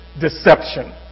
deception